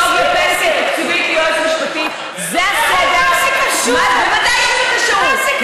זה אירוע קשה, זה לא מתאים מה שאת עושה.